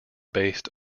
based